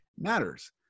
matters